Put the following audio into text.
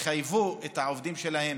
שיחייבו את העובדים שלהם